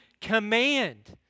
command